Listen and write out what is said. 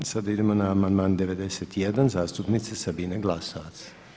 Sada idemo na amandman 91. zastupnice Sabine Glasovac.